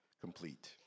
complete